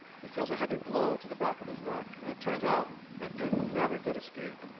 he feels a heavy blow to the back of his neck, and it turns out that peyton never did escape,